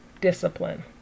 discipline